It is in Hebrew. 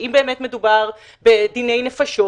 שאם באמת מדובר בדיני נפשות,